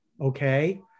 okay